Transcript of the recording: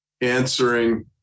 answering